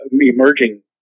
emerging